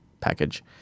package